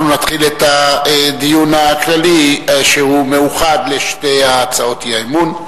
אנחנו נתחיל את הדיון הכללי שהוא מאוחד לשתי הצעות האי-אמון.